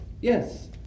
Yes